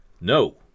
no